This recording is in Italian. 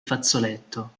fazzoletto